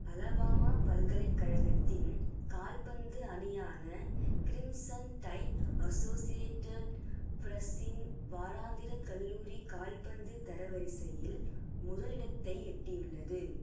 Alabama பல்கலைக்கழகத்தின் கால்பந்து அணியான க்ரிம்சன் டைட் அசோசியேட்டட் ப்ரஸ்ஸின் வாராந்திர கல்லூரி கால்பந்து தரவரிசையில் முதலிடத்தை எட்டியுள்ளது